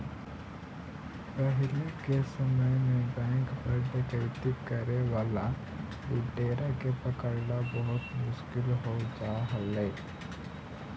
पहिले के समय में बैंक पर डकैती करे वाला लुटेरा के पकड़ला बहुत मुश्किल हो जा हलइ